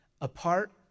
apart